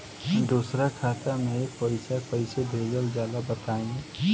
दोसरा खाता में पईसा कइसे भेजल जाला बताई?